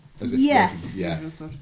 yes